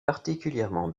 particulièrement